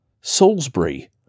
Salisbury